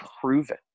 proven